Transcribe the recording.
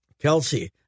Kelsey